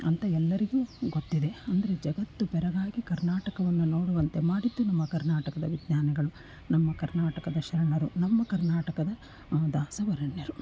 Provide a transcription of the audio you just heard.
ಅಂತ ಎಲ್ಲರಿಗು ಗೊತ್ತಿದೆ ಅಂದರೆ ಜಗತ್ತು ಬೆರಗಾಗಿ ಕರ್ನಾಟಕವನ್ನು ನೋಡುವಂತೆ ಮಾಡಿದ್ದು ನಮ್ಮ ಕರ್ನಾಟಕದ ವಿಜ್ಞಾನಿಗಳು ನಮ್ಮ ಕರ್ನಾಟದ ಶರಣರು ನಮ್ಮ ಕರ್ನಾಟಕದ ದಾಸ ವರೇಣ್ಯರು